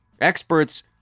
experts